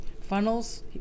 funnels